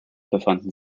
befanden